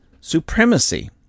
supremacy